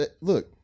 look